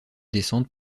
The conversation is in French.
descente